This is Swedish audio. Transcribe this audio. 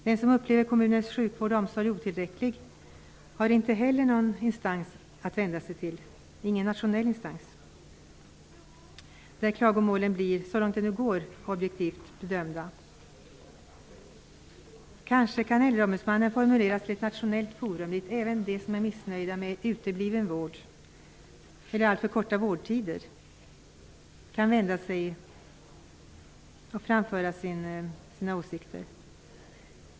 Den som upplever kommunens sjukvård och omsorg som otillräcklig har inte heller någon nationell instans att vända sig till där klagomålen blir objektivt bedömda -- så långt det nu går. Kanske kan äldreombudsmannen formuleras vid ett nationellt forum där även de som är missnöjda med utebliven vård eller alltför korta vårdtider kan framföra sina åsikter.